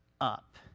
up